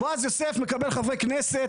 בועז יוסף מקבל חברי כנסת,